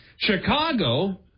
Chicago